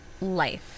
life